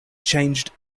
changed